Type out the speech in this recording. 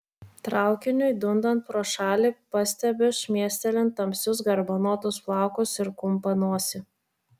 traukiniui dundant pro šalį pastebiu šmėstelint tamsius garbanotus plaukus ir kumpą nosį